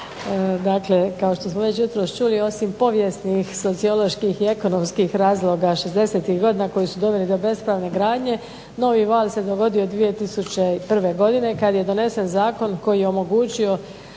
Dakle, kao što smo već jutros čuli osim povijesnih, socioloških i ekonomskih razloga 60-tih godina koji su doveli do bespravne gradnje novi val se dogodio 2001. godine kada je donesen zakon koji je omogućio